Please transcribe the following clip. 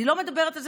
אני לא מדברת על זה,